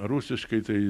rusiškai tai